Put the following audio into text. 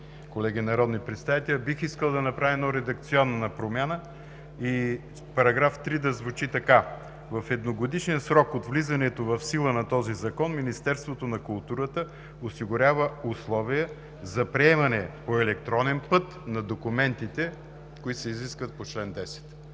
колеги народни представители! Бих искал да направя една редакционна промяна и § 3 да звучи така: „§ 3. В едногодишен срок от влизането в сила на този Закон Министерството на културата осигурява условия за приемане по електронен път на документите, които се изискват по чл. 10.“